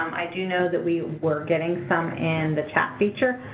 i do know that we were getting some in the chat feature.